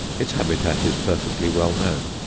its habitat is perfectly well known.